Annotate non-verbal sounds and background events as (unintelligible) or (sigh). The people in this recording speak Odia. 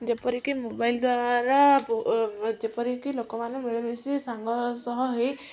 ଯେପରି କି ମୋବାଇଲ୍ ଦ୍ୱାରା ଯେପରି କି ଲୋକମାନେ ମିଳିମିଶି ସାଙ୍ଗ ସହ ହେଇ (unintelligible)